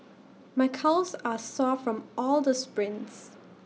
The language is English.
my calves are sore from all the sprints